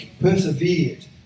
persevered